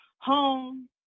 home